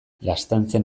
laztantzen